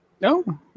No